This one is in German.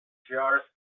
jahres